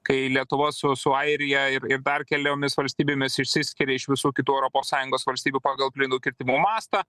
kai lietuva su su airija ir ir dar keliomis valstybėmis išsiskiria iš visų kitų europos sąjungos valstybių pagal plynų kirtimų mastą